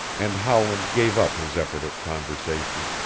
and howland gave up his effort at conversation.